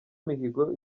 mihigo